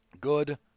Good